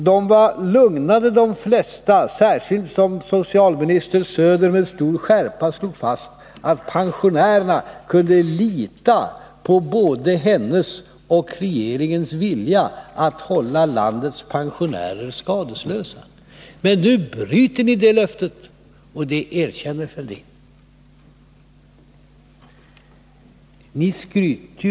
De flesta blev lugnade, särskilt som socialminister Söder med skärpa slog fast att pensionärerna kunde lita på både hennes och regeringens vilja att hålla landets pensionärer skadeslösa. Nu bryter ni det löftet, och det erkänner Thorbjörn Fälldin.